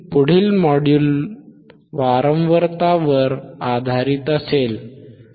पुढील मॉड्यूल वारंवारता वर आधारित असेल